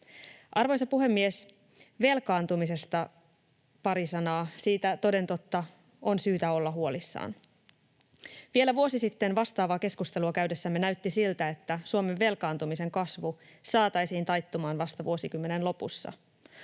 Arvoisa puhemies! Velkaantumisesta pari sanaa — siitä toden totta on syytä olla huolissaan. Vielä vuosi sitten vastaavaa keskustelua käydessämme näytti siltä, että Suomen velkaantumisen kasvu saataisiin taittumaan vasta vuosikymmenen lopussa.